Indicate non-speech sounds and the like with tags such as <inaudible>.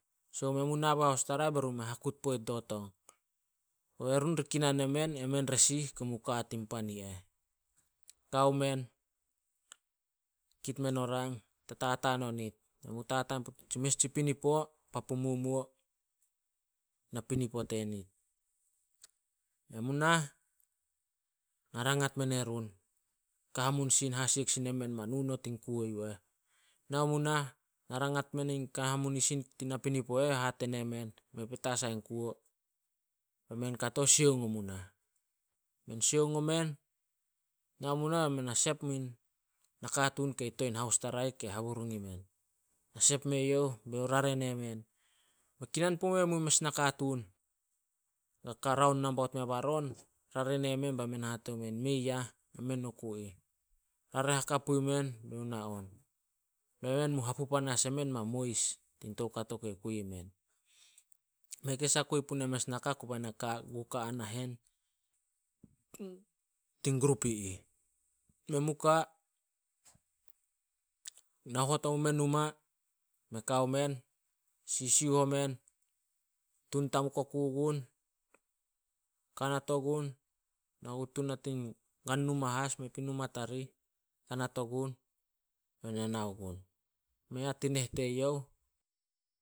So, men mu nabo in haustarai be run me hakut poit dio tong. Kobe run di kinan emen, emen resih ka mu ka a tin pan i eh. Kao men, kit men o rang, ta tataan onit. <unintelligible> tsi mes tsi pinipo papu mumuo, napinipo tenit. Men mu nah, na rangat men erun, kan hamunisin hasiek sin nemen ma nu not in kuo yu eh. Nao mu nah, na rangat men kan hamunisin tin napinipo eh, hate nemen, "Mei petas ain kuo." Be men kato sioung o mu nah. Men sioung o men, nao mu nah be men sep muin nakatuun kei to in haustarai kei buruna imen. Na sep mue youh, be youh rare nemen, "Mei kinan pume mu mes nakatuun ka raon nambaut mea baron." <unintelligible> Bai men hate men, "Mei ah emen oku ih." Rare hakap pui men be youh na on. Be men mu hapu panas emen ma mois tin toukato kei kui men. Mei keis a kui puna mes naka, kobe na ku ka- ka ai nahen tin grup i ih. Men mu ka, hot omu meh numa. Kao men, sisiuh omen, tun tamup oku gun, kanat ogun. Na ku tun a tin gan numa as, mei pui numa tarih. Kanat ogun, be na nau gun. <unintelligible> Tin neh teyouh,